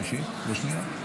הסתייגות 11 לא נתקבלה.